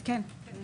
כן.